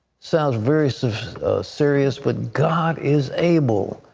sounds very so serious but god is able.